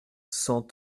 cent